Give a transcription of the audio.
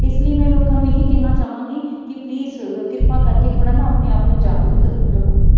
ਇਸ ਲਈ ਮੈਂ ਲੋਕਾਂ ਨੂੰ ਇਹੀ ਕਹਿਣਾ ਚਾਹਾਂਗੀ ਕਿ ਪਲੀਸ ਕਿਰਪਾ ਕਰਕੇ ਥੋੜ੍ਹਾ ਨਾ ਆਪਣੇ ਆਪ ਨੂੰ ਜਾਗਰੂਕ ਰੱਖੋ